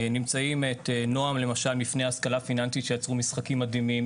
נמצאים "נועם" למשל, שיצרו משחקים מדהימים.